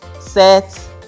Set